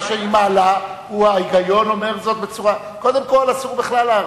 מה שהיא מעלה, אסור בכלל להרביץ.